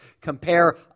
compare